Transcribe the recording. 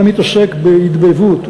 אתה מתעסק בהתבייבות,